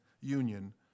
union